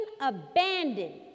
abandoned